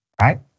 right